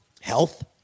Health